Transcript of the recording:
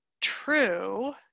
true